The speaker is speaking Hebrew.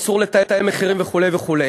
אסור לתאם מחירים וכו' וכו'.